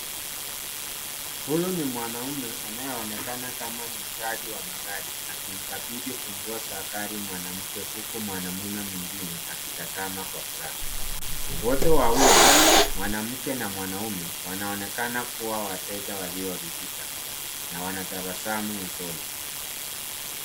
Huyu ni mwanaume anayeeonekana kama mwuuzaji wa magari akimkabidhi funguo za gari mwanamke huku mwanamume mwingine akitazama kwa furaha. Wote wawili, mwanamke na mwanaume wanaonekana kuwa wateja walioridhika na wana tabasamu usoni.